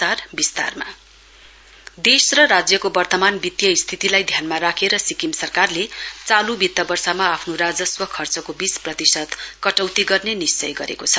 state government revenue देश र राज्यको वर्तमान वित्तीय स्थितिलाई ध्यानमा राखेर सिक्किम सरकारले चालू वित वर्षमा आफ्नो राजस्व खर्चको बीस प्रतिशत कटौती गर्ने निश्चय गरेको छ